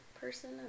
person